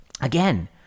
again